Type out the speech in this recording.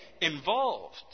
involved